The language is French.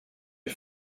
est